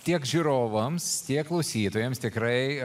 tiek žiūrovams tiek klausytojams tikrai